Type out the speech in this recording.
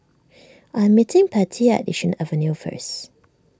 I'm meeting Pattie at Yishun Avenue first